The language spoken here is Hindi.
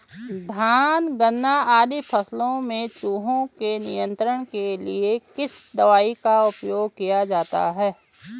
धान गन्ना आदि फसलों में चूहों के नियंत्रण के लिए किस दवाई का उपयोग किया जाता है?